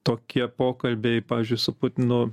tokie pokalbiai pavyzdžiui su putinu